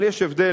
אבל יש הבדל,